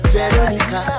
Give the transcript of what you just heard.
Veronica